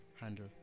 handle